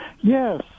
Yes